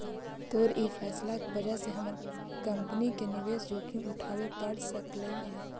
तोर ई फैसला के वजह से हमर कंपनी के निवेश जोखिम उठाबे पड़ सकलई हे